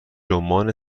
رمان